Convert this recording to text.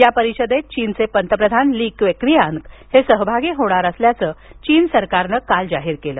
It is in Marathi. या परिषदेत चीनचे पंतप्रधान ली केक्वियांग हे सहभागी होणार असल्याचं चीन सरकारनं काल जाहीर केलं